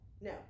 No